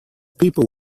people